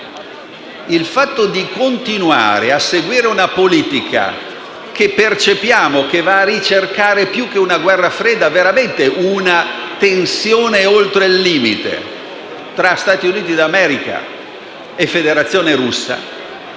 l'Italia. Si continua a seguire una politica che - percepiamo - va a ricercare, più che una guerra fredda, veramente una tensione oltre il limite tra Stati Uniti d'America e Federazione russa,